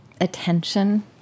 attention